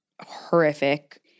horrific